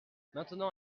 maintenant